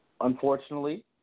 Unfortunately